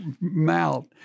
mouth